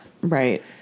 Right